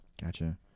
Gotcha